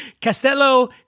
Castello